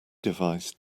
device